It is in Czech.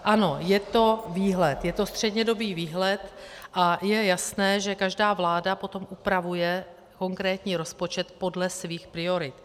Ano, je to výhled, je to střednědobý výhled a je jasné, že každá vláda potom upravuje konkrétní rozpočet podle svých priorit.